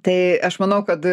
tai aš manau kad